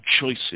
choices